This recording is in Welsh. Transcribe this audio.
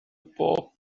bob